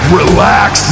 relax